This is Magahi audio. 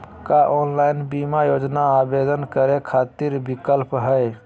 का ऑनलाइन बीमा योजना आवेदन करै खातिर विक्लप हई?